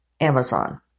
Amazon